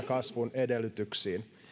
kasvun edellytyksiin